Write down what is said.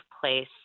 place